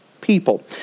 people